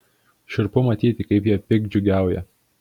šiurpu matyti kaip jie piktdžiugiauja